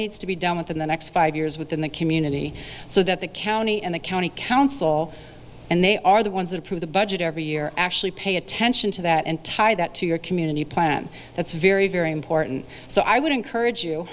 needs to be done within the next five years within the community so that the county and the county council and they are the ones that approve the budget every year actually pay attention to that and tie that to your kid in a new plan that's very very important so i would encourage you